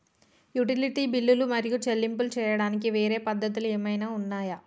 Utility బిల్లులు మరియు చెల్లింపులు చేయడానికి వేరే పద్ధతులు ఏమైనా ఉన్నాయా?